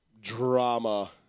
drama